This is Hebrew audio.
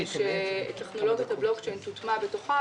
שטכנולוגיית הבלוקצ'יין תוטמע בתוכן.